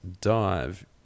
dive